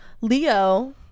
Leo